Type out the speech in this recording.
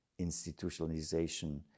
institutionalization